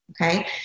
Okay